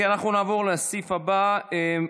אנחנו נעבור לסעיף הבא,